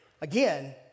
Again